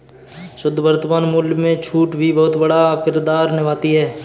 शुद्ध वर्तमान मूल्य में छूट भी बहुत बड़ा किरदार निभाती है